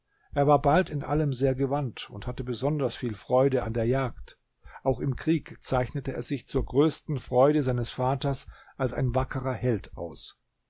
er war bald in allem sehr gewandt und hatte besonders viel freude an der jagd auch im krieg zeichnete er sich zur größten freude seines vaters als ein wackerer held aus